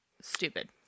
stupid